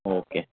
okay